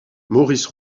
maurice